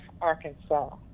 Arkansas